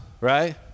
right